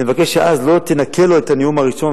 אני מבקש שאז לא תנכה לו בנאום הראשון